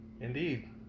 Indeed